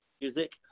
music